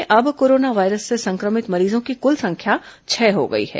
प्रदेश में अब corona virus से संक्रमित मरीजों की कुल संख्या छह हो गई है